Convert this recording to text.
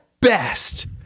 best